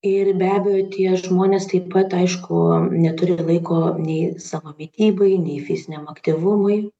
ir be abejo tie žmonės taip pat aišku neturi ir laiko nei savo mitybai nei fiziniam aktyvumui